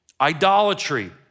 idolatry